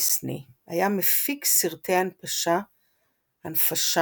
דיסני היה מפיק סרטי הנפשה אמריקני,